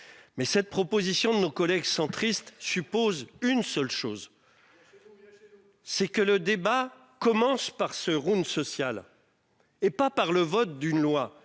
Mais cette proposition de nos collègues centristes suppose une seule chose. C'est que le débat commence par ce round social. Et pas par le vote d'une loi.